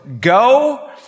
go